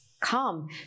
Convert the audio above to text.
come